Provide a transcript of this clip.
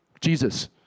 Jesus